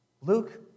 Luke